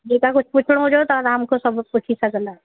जे तव्हांखे कुझु पुछिणो हुजेव त तव्हां मूंखे सभु पुछी सघंदा